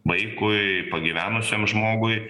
vaikui pagyvenusiam žmogui